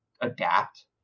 adapt